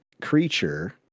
creature